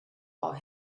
about